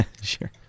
Sure